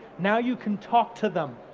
now you can talk to them,